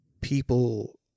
people